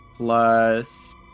Plus